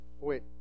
Wait